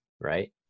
Right